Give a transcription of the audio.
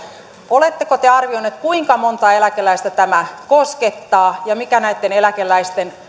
oletteko te arvioineet kuinka montaa eläkeläistä tämä koskettaa ja mikä näitten eläkeläisten